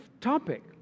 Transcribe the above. topic